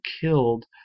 killed